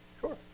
Sure